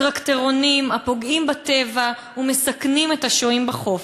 טרקטורונים, הפוגעים בטבע ומסכנים את השוהים בחוף.